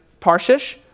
Parshish